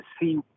see